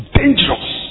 dangerous